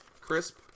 crisp